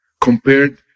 compared